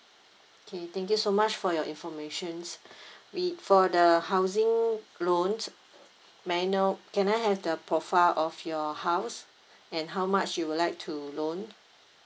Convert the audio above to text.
okay thank you so much for your informations we for the housing loans may I know can I have the profile of your house and how much you would like to loan